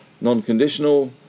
non-conditional